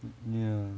mm ya